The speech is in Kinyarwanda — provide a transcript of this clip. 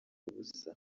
ubusa